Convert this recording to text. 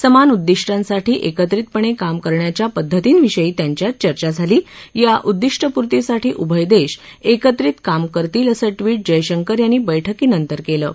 समान उदिष्टांसाठी एकत्रितपणे काम करण्याच्या पद्धतींविषयी यांच्यात चर्चा झाली या उदिष्ट पूर्तीसाठी उभय देश एकत्रित काम करतील असं ट्वीट जयशंकर यांनी बैठकीनंतर केलं आहे